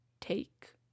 take